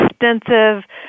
extensive